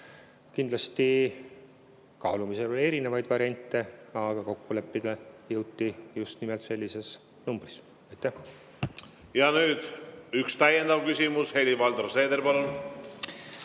lähtuda. Kaalumisel oli erinevaid variante, aga kokku leppida jõuti just nimelt sellises numbris. Ja nüüd üks täiendav küsimus. Helir-Valdor Seeder, palun!